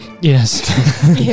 Yes